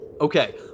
Okay